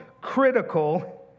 critical